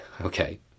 Okay